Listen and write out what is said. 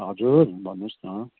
हजुर भन्नुहोस् न